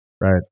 right